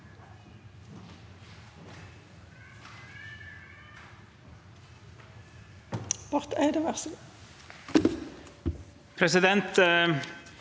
Presidenten